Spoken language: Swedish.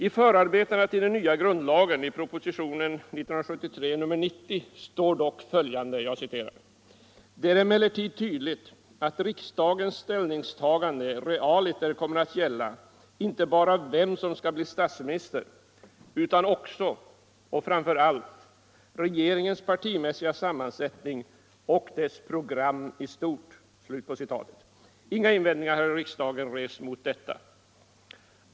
I förarbetena till den nya grundlagen, i propositionen 1973:90, står dock följande: ”Det är emellertid tydligt att riksdagens ställningstagande realiter kommer att gälla inte bara vem som skall bli statsminister utan också — och framför allt — regeringens partimässiga sammansättning och dess program i stort.” | Inga invändningar har i riksdagen rests mot detta.